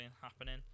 happening